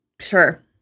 Sure